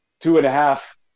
two-and-a-half